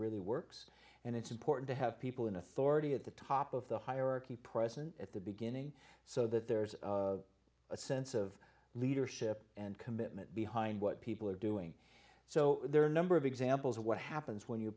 really works and it's important to have people in authority at the top of the hierarchy present at the beginning so that there's a sense of leadership and commitment behind what people are doing so there are a number of examples of what happens when you